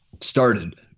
started